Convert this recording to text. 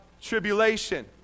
tribulation